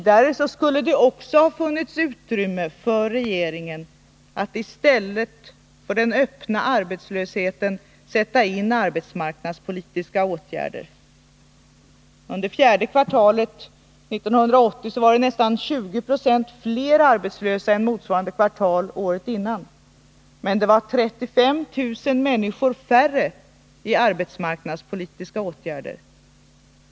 Det skulle vidare ha funnits utrymme för regeringen att i stället för den öppna arbetslösheten sätta in arbetsmarknadspolitiska åtgärder. Under fjärde kvartalet 1980 var det nästan 20 2 fler arbetslösa än motsvarande kvartal året innan. Men det var 35 000 färre personer som var föremål för olika arbetsmarknadspolitiska åtgärder.